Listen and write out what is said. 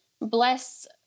bless